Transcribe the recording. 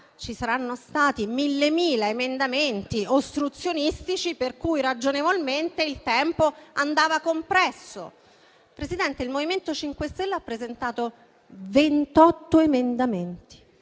ci saranno stati migliaia di emendamenti ostruzionistici, per cui ragionevolmente il tempo andava compresso. Presidente, il MoVimento 5 Stelle ha presentato 28 emendamenti.